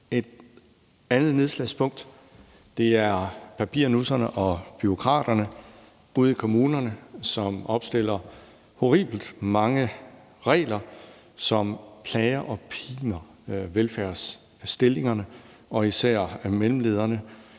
Et andet nedslagspunkt er papirnusserne og bureaukraterne ude i kommunerne, som opstiller horribelt mange regler, som plager og piner folk i velfærdsstillinger, især mellemlederne.